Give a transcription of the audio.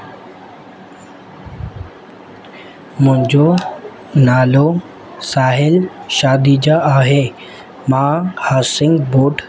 मुंहिंजो नालो साहिल शादिजा आहे मां हासिंगबुड